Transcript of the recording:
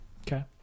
Okay